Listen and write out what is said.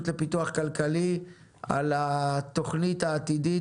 לפיתוח כלכלי על התוכנית העתידית,